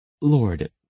Lord